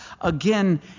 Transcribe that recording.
again